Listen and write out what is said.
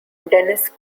dennis